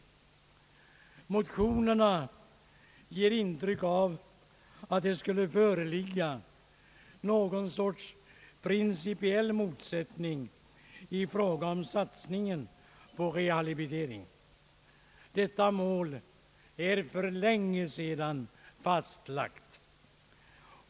Skrivningen i motionerna ger intryck av att det skulle föreligga något slags principiell motsättning i fråga om satsningen på rehabilitering. Detta mål är för länge sedan fastlagt.